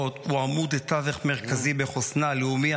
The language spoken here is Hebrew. הוא עמוד תווך מרכזי בחוסנה הלאומי,